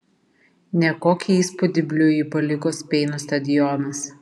nekokį įspūdį bliujui paliko speino stadionas